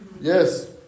Yes